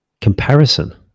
comparison